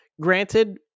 granted